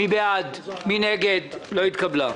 הרוויזיה לא נתקבלה.